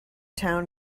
town